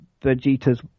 Vegeta's